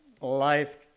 life